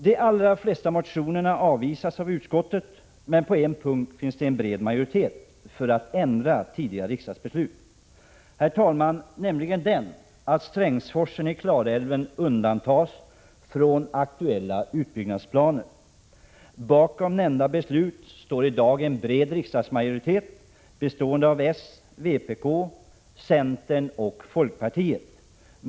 De allra flesta motionerna avvisas av utskottet, men på en punkt finns det en bred majoritet för att ändra tidigare riksdagsbeslut, nämligen att Strängsforsen i Klarälven undantas från aktuella utbyggnadsplaner. Majoriteten i dag består av socialdemokraterna, vpk, centern och folkpartiet.